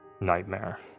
nightmare